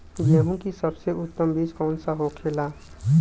गेहूँ की सबसे उत्तम बीज कौन होखेला?